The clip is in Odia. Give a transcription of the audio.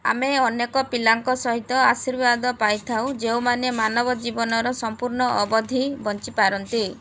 ଆମେ ଅନେକ ପିଲାଙ୍କ ସହିତ ଆଶୀର୍ବାଦ ପାଇଥାଉ ଯେଉଁମାନେ ମାନବ ଜୀବନର ସମ୍ପୂର୍ଣ୍ଣ ଅବଧି ବଞ୍ଚିପାରନ୍ତି